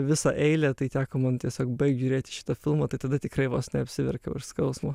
visą eilę tai teko man tiesiog baigt žiūrėti šitą filmą tai tada tikrai vos neapsiverkiau iš skausmo